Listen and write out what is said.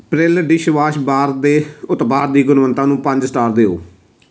ਪ੍ਰਿਲ dishwash bar ਦੇ ਉਤਪਾਦ ਦੀ ਗੁਣਵੱਤਾ ਨੂੰ ਪੰਜ ਸਟਾਰ ਦਿਓ